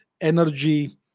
energy